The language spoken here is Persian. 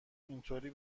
اینطوری